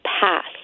passed